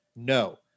no